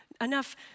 enough